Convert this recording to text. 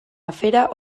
afera